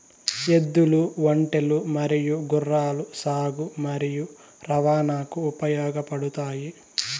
ఎద్దులు, ఒంటెలు మరియు గుర్రాలు సాగు మరియు రవాణాకు ఉపయోగపడుతాయి